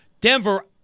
Denver